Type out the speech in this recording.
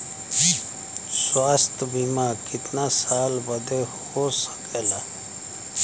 स्वास्थ्य बीमा कितना साल बदे हो सकेला?